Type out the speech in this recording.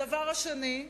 הדבר השני,